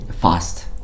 fast